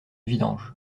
vidange